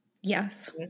Yes